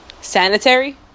Sanitary